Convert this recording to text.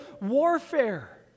warfare